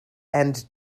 and